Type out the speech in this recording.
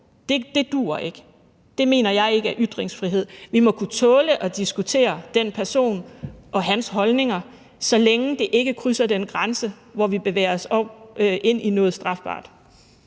duer det ikke. Det mener jeg ikke er ytringsfrihed. Vi må kunne tåle at diskutere den person og hans holdninger, så længe det ikke krydser den grænse, hvor vi bevæger os ind i noget strafbart.